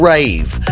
Rave